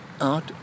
out